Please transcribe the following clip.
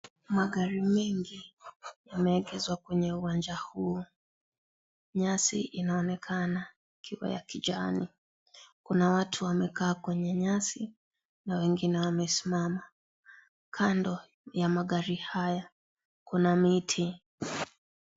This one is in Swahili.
Magari mengi yameegeshwa kwenye uwanja huo, nyasi inaonekana ikiwa ya kijani kuna watu wamekaa kwenye nyasi na wengine wamesimama kando ya magari haya kuna miti.